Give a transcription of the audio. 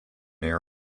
air